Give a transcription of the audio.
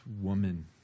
woman